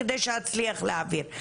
כדי שאצליח להעביר.